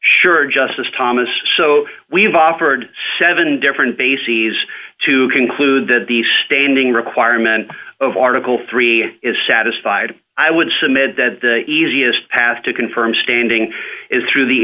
sure justice thomas so we've offered seven different bases to conclude that the standing requirement of article three is satisfied i would submit that the easiest path to confirm standing is through the